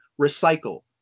Recycle